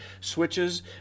switches